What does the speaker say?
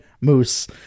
moose